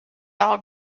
all